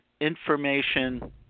information –